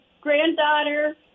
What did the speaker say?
granddaughter